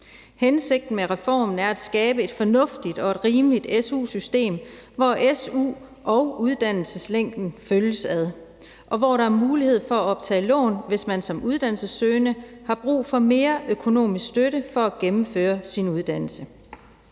Hensigten med reformen er at skabe et fornuftigt og et rimeligt su-system, hvor su'en og uddannelseslængden følges ad, og hvor der er mulighed for at optage lån, hvis man som uddannelsessøgende har brug for mere økonomisk støtte for at gennemføre sin uddannelse.